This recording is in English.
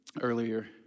earlier